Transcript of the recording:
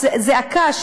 הזעקה,